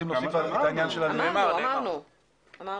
אמרנו,